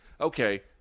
Okay